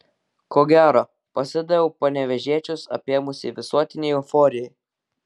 ko gero pasidaviau panevėžiečius apėmusiai visuotinei euforijai